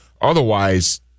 otherwise